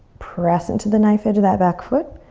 press into the knife edge of that back foot.